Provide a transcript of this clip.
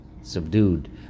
subdued